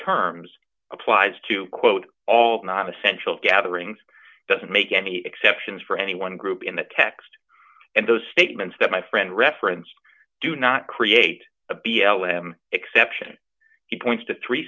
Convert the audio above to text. terms applies to quote all non essential gatherings doesn't make any exceptions for any one group in the text and those statements that my friend reference do not create a b l m exception he points to three